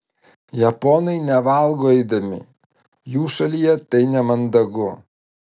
japonai nevalgo eidami jų šalyje tai nemandagu